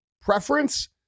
preference